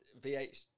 Vh